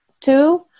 two